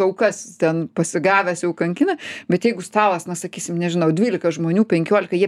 aukas ten pasigavęs jau kankina bet jeigu stalas na sakysim nežinau dvylika žmonių penkiolika jie